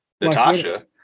Natasha